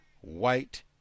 white